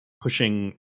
pushing